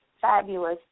fabulous